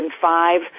five